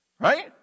right